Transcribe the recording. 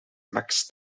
max